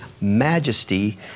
majesty